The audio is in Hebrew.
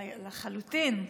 לחלוטין.